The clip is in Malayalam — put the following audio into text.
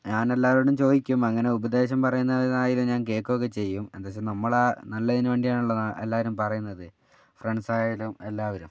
ഞാനെല്ലാവരോടും ചോദിക്കും അങ്ങനെ ഉപദേശം പറയുന്നതെന്നായാലും ഞാൻ കേൾക്കുകയൊക്കെ ചെയ്യും എന്താ വെച്ചാൽ നമ്മളെ നല്ലതിനു വേണ്ടിയാണല്ലോ എല്ലാവരും പറയുന്നത് ഫ്രണ്ട്സായാലും എല്ലാവരും